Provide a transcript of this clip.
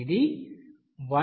ఇది 1